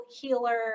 healer